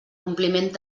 compliment